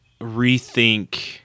rethink